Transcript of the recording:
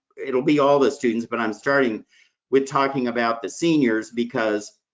it'll be all the students, but um starting with talking about the seniors, because